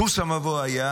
קורס המבוא היה